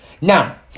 Now